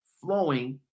flowing